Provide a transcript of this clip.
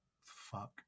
Fuck